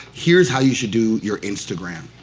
here's how you should do your instagram,